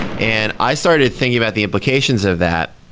and i started thinking about the implications of that,